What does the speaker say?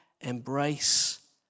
embrace